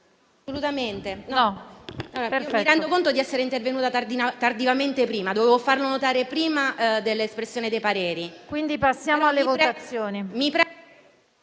Mi rendo conto di essere intervenuta tardivamente e che dovevo farlo notare prima dell'espressione dei pareri. Mi preme solo